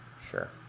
Sure